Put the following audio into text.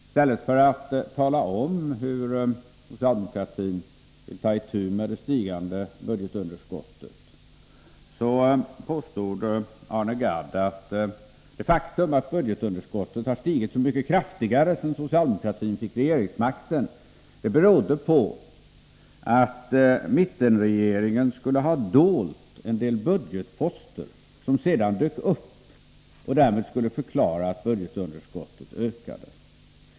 I stället för att tala om hur socialdemokraterna vill ta itu med det stigande budgetunderskottet påstod Arne Gadd att det faktum att budgetunderskottet har stigit så mycket kraftigare sedan socialdemokratin fick regeringsmakten beror på att mittenregeringen skulle ha dolt en del budgetposter, som sedan dök upp och medförde att budgetunderskottet ökade.